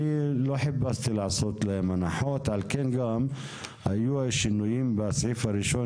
לא חיפשתי לעשות להם הנחות ועל כן נעשו השינויים בסעיף הראשון